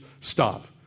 stop